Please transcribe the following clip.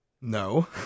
no